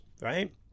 right